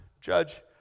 judge